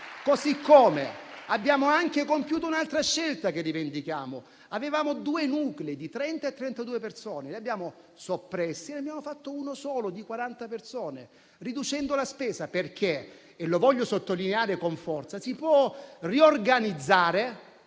Abbiamo anche compiuto un'altra scelta che rivendichiamo: avevamo due nuclei rispettivamente di 30 e 32 persone; li abbiamo soppressi e ne abbiamo creato uno solo di 40 persone riducendo la spesa, perché - e lo voglio sottolineare con forza - si può riorganizzare